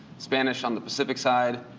spanish on the pacific side,